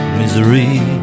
misery